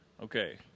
Okay